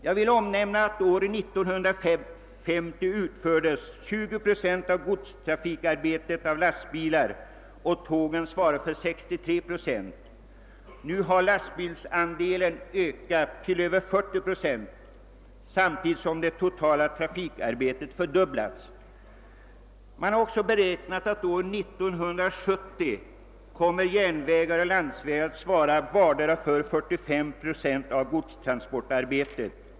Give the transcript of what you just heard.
År 1950 utfördes 20 procent av godstrafikarbetet av lastbilar, medan järnvägarna svarade för 63 procent. Nu har lastbilsandelen ökat till över 40 procent samtidigt som det totala trafikarbetet fördubblats. Man har vidare beräknat att år 1970 järnvägar och landsvägar kommer att svara för vardera 45 procent av godstransportarbetet.